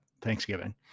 Thanksgiving